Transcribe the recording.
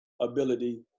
ability